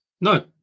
No